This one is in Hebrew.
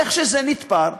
איך שזה נתפר,